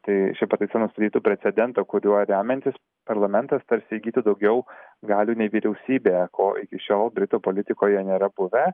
tai ši pataisa nustatytų precedentą kuriuo remiantis parlamentas tarsi įgyti daugiau galių nei vyriausybė ko iki šiol britų politikoje nėra buvę